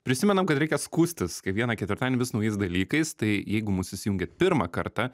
prisimenam kad reikia skųstis kiekvieną ketvirtadienį vis naujais dalykais tai jeigu mus įsijungėt pirmą kartą